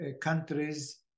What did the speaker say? countries